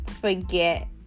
forget